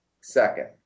second